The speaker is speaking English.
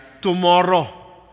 tomorrow